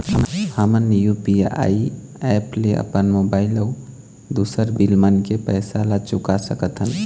हमन UPI app ले अपन मोबाइल अऊ दूसर बिल मन के पैसा ला चुका सकथन